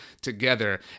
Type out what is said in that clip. together